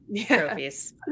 Trophies